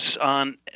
on